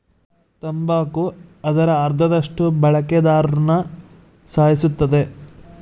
ತಂಬಾಕು ಅದರ ಅರ್ಧದಷ್ಟು ಬಳಕೆದಾರ್ರುನ ಸಾಯಿಸುತ್ತದೆ